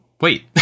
wait